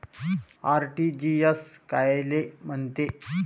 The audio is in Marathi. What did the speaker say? आर.टी.जी.एस कायले म्हनते?